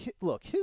look